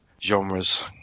genres